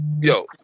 Yo